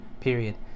period